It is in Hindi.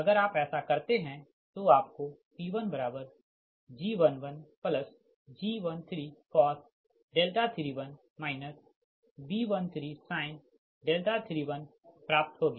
अगर आप ऐसा करते है तोआपको P1G11G13cos 31 B13sin 31 प्राप्त होगी